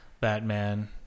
Batman